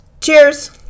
cheers